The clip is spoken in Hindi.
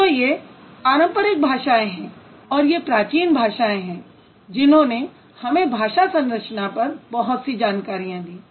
तो ये पारंपरिक भाषाएँ हैं और ये प्राचीन भाषाएँ हैं जिन्होंने हमें भाषा संरचना पर बहुत सी जानकारियाँ दीं